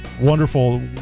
wonderful